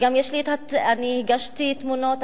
ואני הגשתי תמונות,